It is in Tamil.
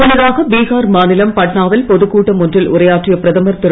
முன்னதாக பீஹார் மாநிலம் பட்னா வில் பொதுக்கூட்டம் ஒன்றில் உரையாற்றிய பிரதமர் திரு